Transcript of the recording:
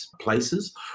places